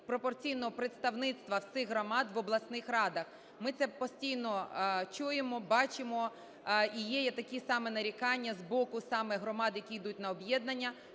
пропорційного представництва цих громад в обласних радах, ми це постійно чуємо, бачимо, і є такі само нарікання з боку саме громад, які йдуть на об'єднання,